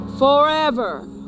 Forever